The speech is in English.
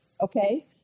okay